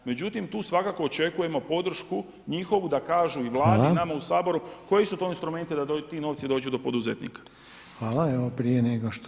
Međutim, tu svakako očekujemo podršku njihovu da kažu i Vladi i nama u Saboru [[Upadica Reiner: Hvala.]] koji su to instrumenti da ti novci dođu do poduzetnika.